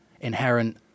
inherent